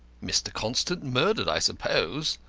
mr. constant murdered, i suppose,